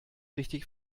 richtig